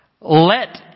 Let